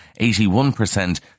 81%